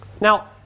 Now